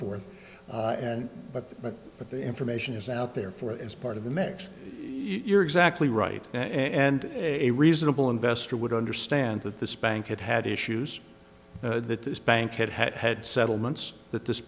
forth and but but but the information is out there for as part of the mix you're exactly right and a reasonable investor would understand that this bank it had issues that this bank had had had settlements that this